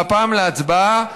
והפעם להצבעה.